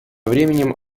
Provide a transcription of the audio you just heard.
временем